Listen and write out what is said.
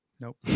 Nope